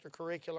extracurricular